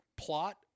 plot